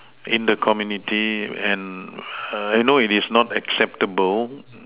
in the community and I know it is not acceptable